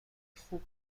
خوب